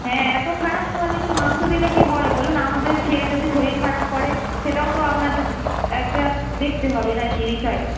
হ্যাঁ এত খারাপ কোয়ালিটির মাংস দিলে কি হয় বলুন আমাদের খেয়ে যদি শরীর খারাপ করে সেটাও তো আপনাদের একটা দেখতে হবে না কি বিষয়টা